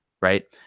right